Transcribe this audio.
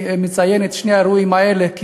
אני מציין את שני האירועים האלה,